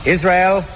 Israel